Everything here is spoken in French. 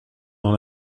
dans